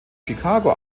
chicago